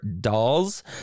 dolls